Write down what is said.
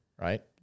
right